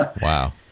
Wow